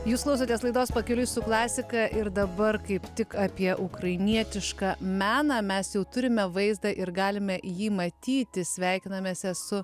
jūs klausotės laidos pakeliui su klasika ir dabar kaip tik apie ukrainietišką meną mes jau turime vaizdą ir galime jį matyti sveikinamėse su